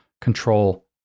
control